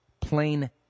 Plain